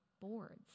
boards